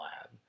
lab